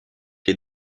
les